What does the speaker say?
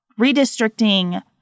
redistricting